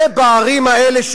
ובערים האלה,